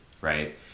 Right